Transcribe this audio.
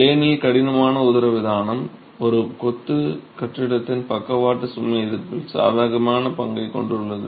ப்ளேனில் கடினமான உதரவிதானம் ஒரு கொத்து கட்டிடத்தின் பக்கவாட்டு சுமை எதிர்ப்பில் சாதகமான பங்கைக் கொண்டுள்ளது